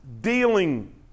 dealing